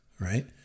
right